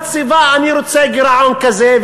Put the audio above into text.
מציבה: אני רוצה גירעון כזה,